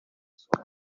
nsoro